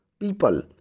people